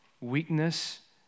weakness